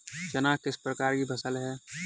चना किस प्रकार की फसल है?